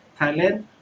Thailand